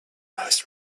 most